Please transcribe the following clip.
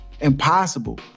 impossible